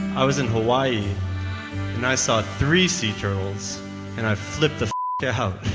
i was in hawaii and i saw three sea turtles and i flipped the out.